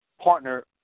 partner